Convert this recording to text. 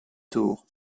tour